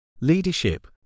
Leadership